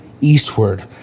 eastward